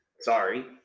Sorry